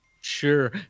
Sure